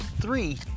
Three